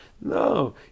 No